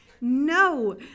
No